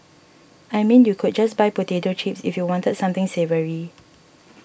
I mean you could just buy potato chips if you wanted something savoury